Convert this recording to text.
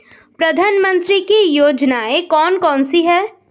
प्रधानमंत्री की योजनाएं कौन कौन सी हैं?